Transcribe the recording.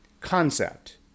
concept